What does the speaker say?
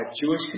Jewish